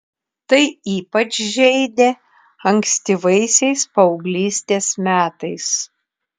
tai ypač žeidė ankstyvaisiais paauglystės metais